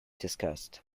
discussed